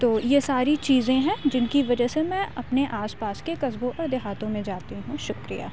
تو یہ ساری چیزیں ہیں جن کی وجہ سے میں اپنے آس پاس کے قصبوں اور دیہاتوں میں جاتی ہوں شُكریہ